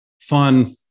fun